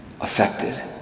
affected